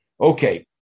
Okay